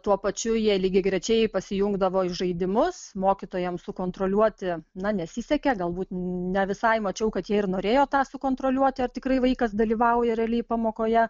tuo pačiu jie lygiagrečiai pasijungdavo į žaidimus mokytojams sukontroliuoti na nesisekė galbūt ne visai mačiau kad jie ir norėjo tą sukontroliuoti ar tikrai vaikas dalyvauja realiai pamokoje